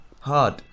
hard